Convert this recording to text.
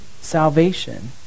salvation